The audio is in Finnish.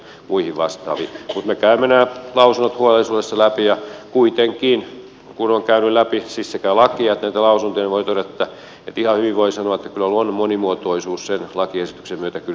mutta me käymme nämä lausunnot huolellisuudella läpi ja kuitenkin kun on käynyt läpi siis sekä lakia että näitä lausuntoja voi todeta ihan hyvin voi sanoa että kyllä luonnon monimuotoisuus sen lakiesityksen myötä lisääntyy